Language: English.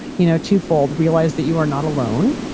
you know twofold, realize that you are not alone.